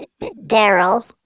Daryl